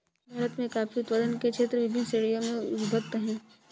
भारत में कॉफी उत्पादन के क्षेत्र विभिन्न श्रेणियों में विभक्त हैं